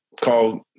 called